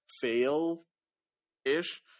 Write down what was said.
fail-ish